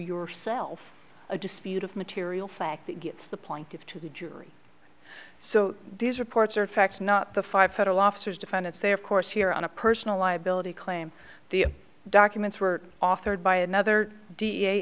yourself a dispute of material fact that gets the point give to the jury so these reports are facts not the five federal officers defendants they of course here on a personal liability claim the documents were authored by another d